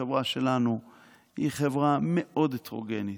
החברה שלנו היא חברה מאוד הטרוגנית,